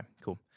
Cool